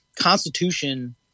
Constitution